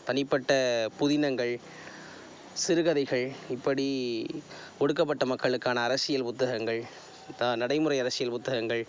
தனிப்பட்ட புதினங்கள் சிறுகதைகள் இப்படி கொடுக்கப்பட்ட மக்களுக்கான அரசியல் புத்தகங்கள் தான் நடைமுறை அரசியல் புத்தகங்கள்